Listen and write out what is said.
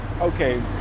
Okay